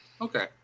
Okay